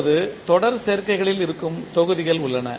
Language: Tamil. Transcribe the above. இப்போது தொடர் சேர்க்கைகளில் இருக்கும் தொகுதிகள் உள்ளன